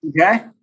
Okay